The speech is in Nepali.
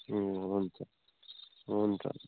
ए हुन्छ हुन्छ